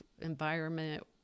environment